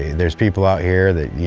there's people out here that, you